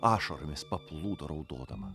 ašaromis paplūdo raudodama